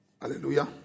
Hallelujah